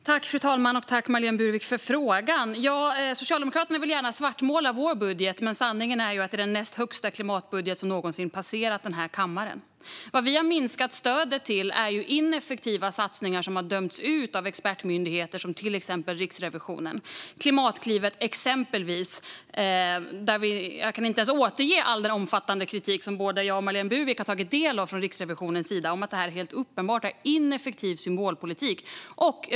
Fru talman! Tack för frågan, Marlene Burwick! Socialdemokraterna vill gärna svartmåla vår budget, men sanningen är att det är den näst största klimatbudget som någonsin passerat kammaren. Vad vi har minskat stödet till är ineffektiva satsningar som har dömts ut av expertmyndigheter som Riksrevisionen, exempelvis Klimatklivet. Jag kan inte ens återge all den omfattande kritik från Riksrevisionens sida som både jag och Marlene Burwick har tagit del av och som handlar om att detta helt uppenbart är ineffektiv symbolpolitik.